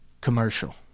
commercial